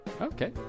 Okay